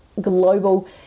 global